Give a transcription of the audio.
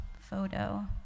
photo